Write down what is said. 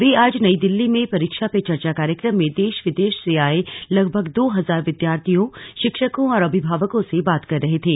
वे आज नई दिल्ली में परीक्षा पे चर्चा कार्यक्रम में देश विदेश से आये लगभग दो हजार विद्यार्थियों शिक्षकों और अभिभावकों से बात कर रहे थे